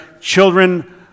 children